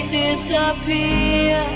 disappear